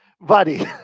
buddy